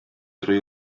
drwy